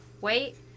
wait